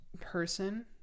person